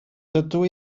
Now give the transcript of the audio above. dydw